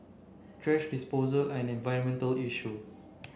thrash disposal an environmental issue